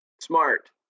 Smart